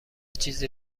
چیزی